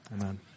Amen